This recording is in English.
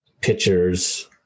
pictures